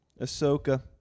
Ahsoka